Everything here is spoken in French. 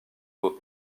beau